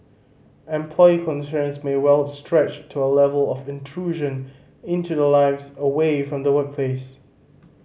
employee concerns may well stretch to a level of intrusion into their lives away from the workplace